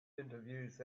interviews